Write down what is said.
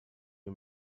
you